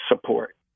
support